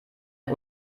ein